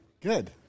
Good